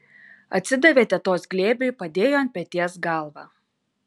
atsidavė tetos glėbiui padėjo ant peties galvą